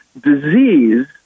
Disease